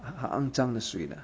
很很肮脏的水 lah